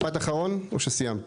משפט אחרון או שסיימת?